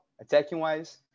attacking-wise